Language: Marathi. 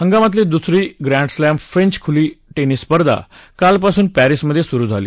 हंगामातली दुसरी प्रँडस्लॅम फ्रेंच खुली टेनिस स्पर्धा कालपासून पॅरिसमधे सुरु झाली